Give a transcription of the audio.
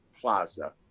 Plaza